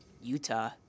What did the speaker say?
Utah